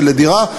40,000 שקל לדירה.